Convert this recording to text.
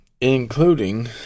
including